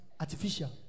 Artificial